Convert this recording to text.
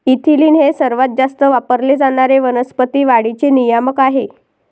ethylene हे सर्वात जास्त वापरले जाणारे वनस्पती वाढीचे नियामक आहे